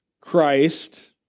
Christ